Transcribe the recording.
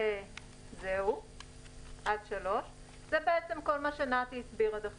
זה בעצם כל מה שנתי הסביר עד עכשיו.